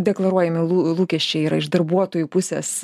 deklaruojami lūkesčiai yra iš darbuotojų pusės